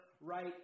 right